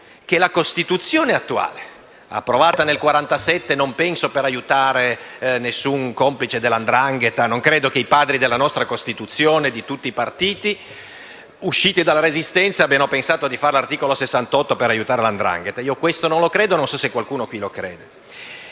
la Costituzione attuale è stata approvata nel 1947 non penso per aiutare alcun complice della 'ndrangheta. Non credo che i Padri della nostra Costituzione, di tutti i partiti, usciti dalla Resistenza, abbiano pensato di scrivere l'articolo 68 per aiutare la 'ndrangheta. Non lo credo e non so se qualcuno qui lo creda.